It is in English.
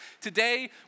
Today